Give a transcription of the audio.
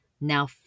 Now